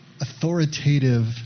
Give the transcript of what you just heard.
authoritative